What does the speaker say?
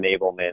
enablement